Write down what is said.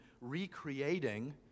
recreating